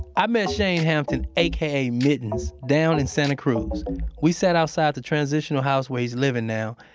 i met chayne hampton, aka mittens, down in santa cruz we sat outside the transitional house where he's living now.